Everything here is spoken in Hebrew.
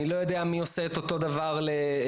אני לא יודע מי עושה את אותו דבר פסיכולוגים,